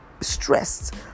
stressed